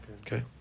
Okay